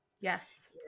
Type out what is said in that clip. Yes